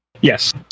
yes